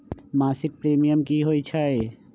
मासिक प्रीमियम की होई छई?